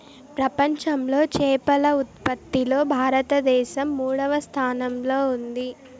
ప్రపంచంలో చేపల ఉత్పత్తిలో భారతదేశం మూడవ స్థానంలో ఉంది